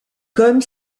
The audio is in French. comme